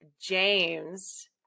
James